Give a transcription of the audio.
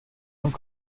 und